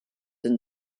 and